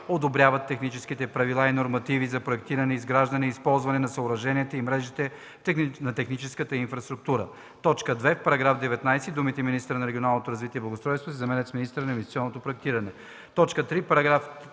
одобряват техническите правила и нормативи за проектиране, изграждане и ползване на съоръженията и мрежите на техническата инфраструктура.” 2. В § 19 думите „министъра на регионалното развитие и благоустройството” се заменят с „министъра на инвестиционното проектиране”. 3. Параграф